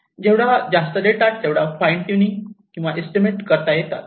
जेवढा जास्त डेटा असेल तेवढे फाईन ट्यूनीग एस्टिमेशन करता येतात